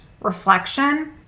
reflection